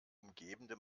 umgebende